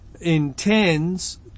intends